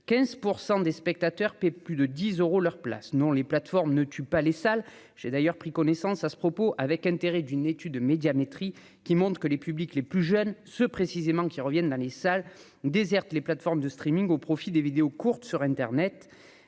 15 % des spectateurs paient plus de dix euros leur place, non les plateformes ne tue pas les salles, j'ai d'ailleurs pris connaissance à ce propos avec intérêt d'une étude de Médiamétrie qui monte, que les publics les plus jeunes, ceux précisément qui reviennent dans les salles désertes, les plateformes de streaming au profit des vidéos courtes sur Internet